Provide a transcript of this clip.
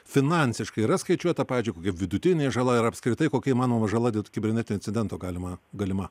finansiškai yra skaičiuota pavyzdžiui kokia vidutinė žala ir apskritai kokia įmanoma žala dėl kibernetinių incidentų galima galima